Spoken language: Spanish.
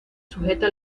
sujeta